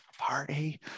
Party